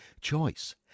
Choice